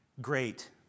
great